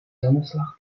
zonneslag